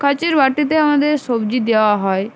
কাঁচের বাটিতে আমাদের সবজি দেওয়া হয়